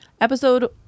Episode